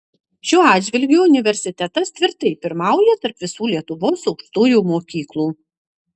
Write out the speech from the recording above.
šiuo atžvilgiu universitetas tvirtai pirmauja tarp visų lietuvos aukštųjų mokyklų